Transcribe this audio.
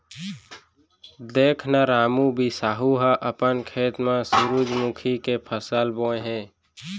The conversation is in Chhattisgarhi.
देख न रामू, बिसाहू ह अपन खेत म सुरूजमुखी के फसल बोय हे